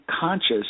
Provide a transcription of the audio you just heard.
conscious